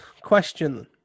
Question